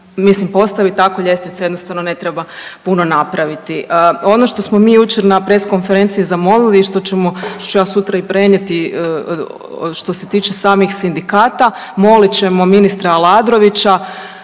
se postavi tako ljestvica jednostavno ne treba puno napraviti. Ono što smo mi jučer na press konferenciji zamolili i što ću ja sutra i prenijeti što se tiče samih sindikata molit ćemo ministra Aladrovića